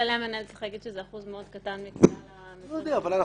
---זה אחוז מאוד קטן --- אבל אנחנו